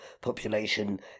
population